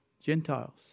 Gentiles